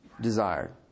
desired